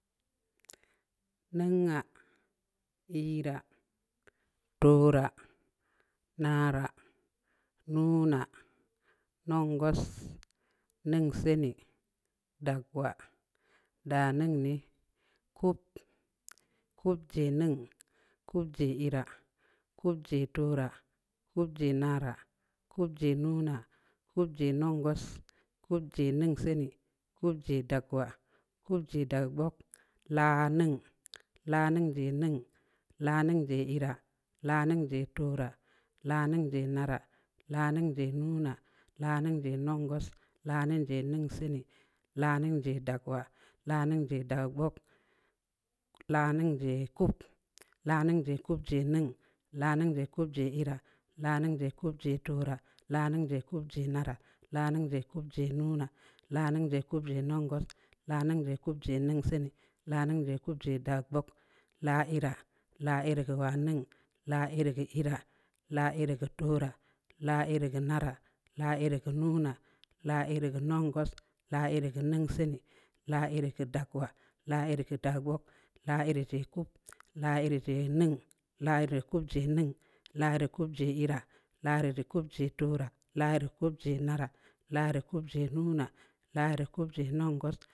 Nan nga ii ra tuura na ra'a nuu na nun nguas neen sii nee dangwa da neen nge nee kup-kup ndzai nen kup ndzai ii ra kup ndzai tuura kup ndzai naara kup ndzai nuuna kup ndzai neun nguas kup ndzai ne n sii nee kup ndzai daagua kap ndzai dagwaap la neng la nong ndzai nong la nong ndzai iira la nong ndzai tuura la nong ndzai naara la neng ndzai nukina la neng ndjai nugu as la nenjai neensii nii la neng ndjai dakwa la neng ndjai daagwa la neng ndjai kup la neng ndjai kup jai neng la neng jai kup jai ii ra la neng jai kup jai tuura la neng jai kup jai naara la neng jai kap jai nuuna la neng jai kup jai nungus la neng jai kup jai neng sii nii la neng jai kup jai da buuk la iira la ii ra neng la irgue tuura la irgue naara la irgue nuuna la irgue nuuangus la irgue neng sii nii la irgue dakwa la irgue dagup la irgue jai kup la irr jai neng la irgue kup jai neng la irr kup jai ii ra la irr kup jai tuura la irr kup jai naa ra la irr kup jai nuuna la irr kup jai nuung gup.